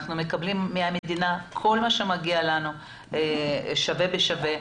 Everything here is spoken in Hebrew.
אנחנו מקבלים מהמדינה כל מה שמגיע לנו שווה בשווה.